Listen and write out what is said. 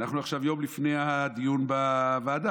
אנחנו עכשיו יום לפני הדיון בוועדה,